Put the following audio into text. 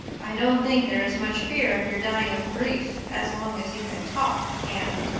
i don't think there is much fear of your dying of grief as long as you can talk, anne,